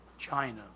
China